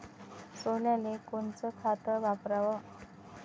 सोल्याले कोनचं खत वापराव?